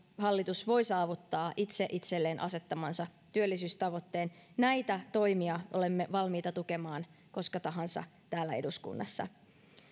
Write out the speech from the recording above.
hallitus voi saavuttaa itse itselleen asettamansa työllisyystavoitteen näitä toimia olemme valmiita tukemaan koska tahansa täällä eduskunnassa